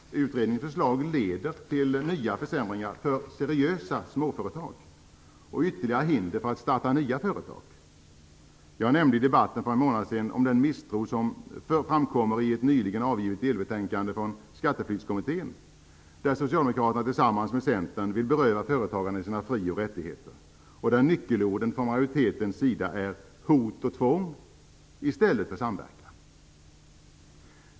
Utredningens förslag leder till nya försämringar för seriösa småföretag och till ytterligare hinder för att starta nya företag. Jag nämnde i debatten för någon månad sedan den misstro som framkommer i ett nyligen avgivet delbetänkande från Skatteflyktskommittén, där Socialdemokraterna tillsammans med Centern vill beröva företagarna deras fri och rättigheter, och där nyckelorden från majoritetens sida är hot och tvång i stället för samverkan.